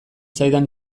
zaidan